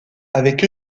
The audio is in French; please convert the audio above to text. avec